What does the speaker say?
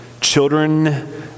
children